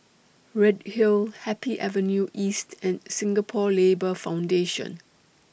Redhill Happy Avenue East and Singapore Labour Foundation